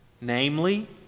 namely